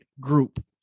group